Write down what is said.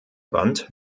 wand